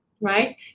right